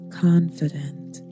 confident